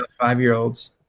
Five-year-olds